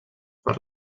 per